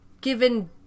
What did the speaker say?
given